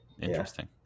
interesting